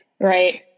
Right